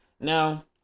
Now